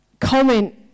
comment